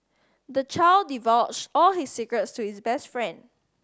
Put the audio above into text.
the child divulged all his secrets to his best friend